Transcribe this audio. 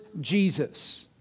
Jesus